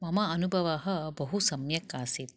मम अनुभवः बहु सम्यक् आसीत्